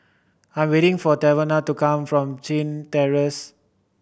I am waiting for Tavon to come from Chin Terrace